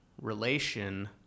relation